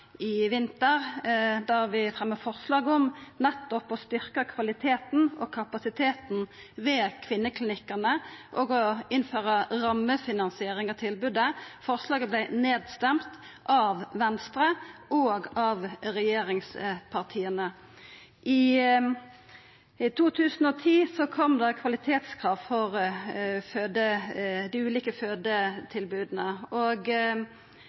i vinter, da vi fremja forslag om nettopp å styrkja kvaliteten og kapasiteten ved kvinneklinikkane og innføra rammefinansiering av tilbodet. Forslaget vart nedstemt av Venstre og regjeringspartia. I 2010 kom det kvalitetskrav for dei ulike fødetilboda, og